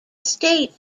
state